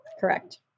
Correct